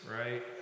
right